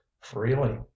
freely